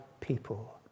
People